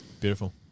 Beautiful